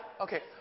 Okay